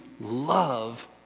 love